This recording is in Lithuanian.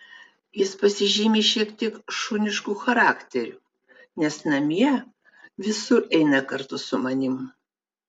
jis pasižymi šiek tiek šunišku charakteriu nes namie visur eina kartu su manimi